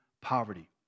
poverty